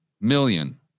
million